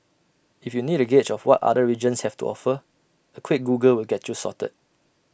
if you need A gauge of what other regions have to offer A quick Google will get you sorted